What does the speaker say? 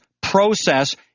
process